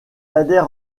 adhère